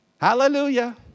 Hallelujah